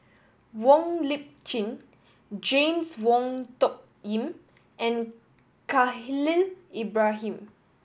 Wong Lip Chin James Wong Tuck Yim and Khalil Ibrahim